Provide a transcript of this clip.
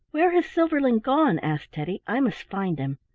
where has silverling gone? asked teddy. i must find him.